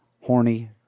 Horny